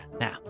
Now